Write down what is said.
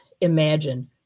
imagine